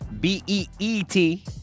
B-E-E-T